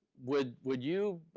would would you,